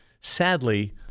sadly